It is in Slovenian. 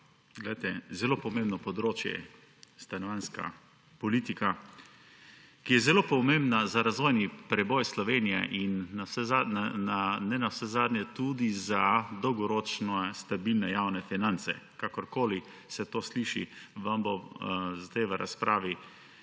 besedo. Zelo pomembno področje je stanovanjska politika, ki je zelo pomembna za razvojni preboj Slovenije in tudi za dolgoročne stabilne javne finance. Kakorkoli se to sliši, vam bom zdaj v razpravi